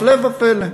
הפלא ופלא,